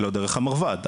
לא דרך המרב"ד,